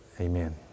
Amen